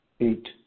Eight